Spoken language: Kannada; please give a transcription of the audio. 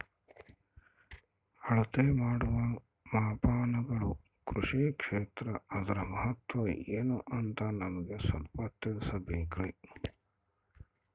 ಅಳತೆ ಮಾಡುವ ಮಾಪನಗಳು ಕೃಷಿ ಕ್ಷೇತ್ರ ಅದರ ಮಹತ್ವ ಏನು ಅಂತ ನಮಗೆ ಸ್ವಲ್ಪ ತಿಳಿಸಬೇಕ್ರಿ?